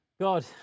god